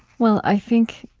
well, i think